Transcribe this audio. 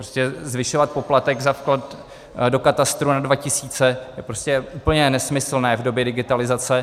Prostě zvyšovat poplatek za vklad do katastru na dva tisíce je úplně nesmyslné v době digitalizace.